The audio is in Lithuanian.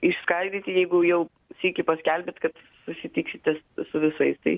išskaidyti jeigu jau sykį paskelbėt kad susitikite su visais tai